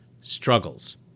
struggles